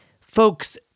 Folks